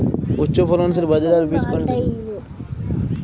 উচ্চফলনশীল বাজরার বীজ কোনটি?